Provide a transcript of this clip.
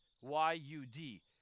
Y-U-D